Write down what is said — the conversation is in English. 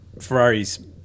ferrari's